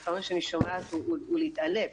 עד כמה שאני שומעת, היא להתעלף.